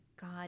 God